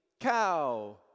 cow